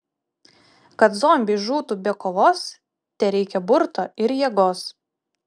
kad zombiai žūtų be kovos tereikia burto ir jėgos